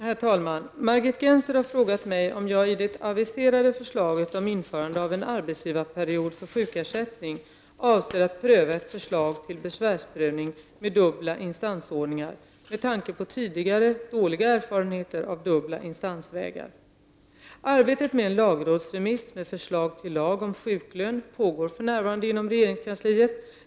Herr talman! Margit Gennser har frågat mig om jag i det aviserade förslaget om införande av en arbetsgivarperiod för sjukersättning avser att pröva ett förslag till besvärsprövning med dubbla instansordningar med tanke på tidigare dåliga erfarenheter av dubbla instansvägar. Arbetet med en lagrådsremiss med förslag till lag om sjuklön pågår för närvarande inom regeringskansliet.